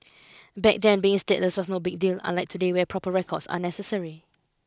back then being stateless was no big deal unlike today where proper records are necessary